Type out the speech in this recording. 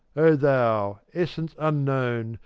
o thou, essence unknown,